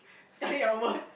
sekali your worst